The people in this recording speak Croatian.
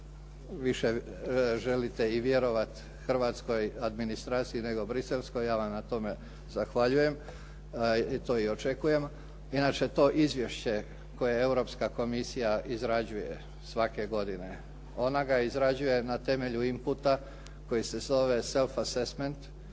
više želite i vjerovati hrvatskoj administraciji, nego briselskoj ja vam na tome zahvaljujem i to i očekujem. Inače to izvješće koje Europska komisija izrađuje svake godine, ona ga izrađuje na temelju inputa koji se zove "Self Assessment"